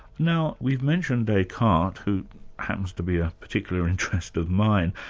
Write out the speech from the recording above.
now we've mentioned descartes, who happens to be a particular interest of mine,